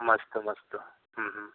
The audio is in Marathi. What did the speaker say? मस्त मस्त